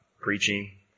preaching